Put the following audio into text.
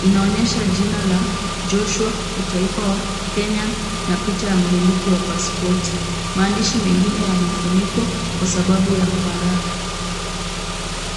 inaonyesha jina la Joshua utaifa wa Kenyan na picha wa mmiliki wa pasipoti. Maandishi mengine yanafunikwa kwa sababu ya faragha.